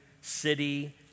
city